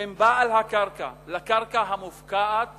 בין בעל הקרקע לקרקע המופקעת